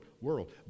world